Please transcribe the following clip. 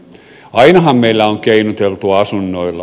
ainahan meillä on keinoteltu asunnoilla